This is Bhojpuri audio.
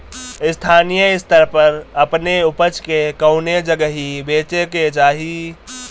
स्थानीय स्तर पर अपने ऊपज के कवने जगही बेचे के चाही?